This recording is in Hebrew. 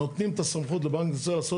נותנים את הסמכות לבנק ישראל לעשות